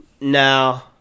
No